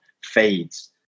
fades